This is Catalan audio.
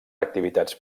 activitats